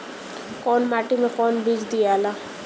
कौन माटी मे कौन बीज दियाला?